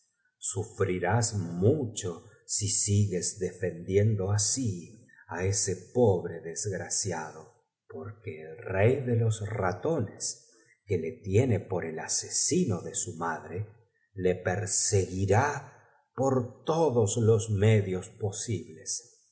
á los pies sigues defendiendo asf á ese pobre desdel padrino drosselmayer graciado porque el rey de los ratones que le tiene por el asesino de su madr le perseguirá por todos los medios posibles